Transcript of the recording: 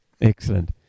Excellent